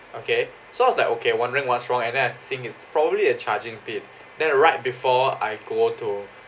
okay so I was like okay wondering what's wrong and then I think it's probably a charging pit then right before I go to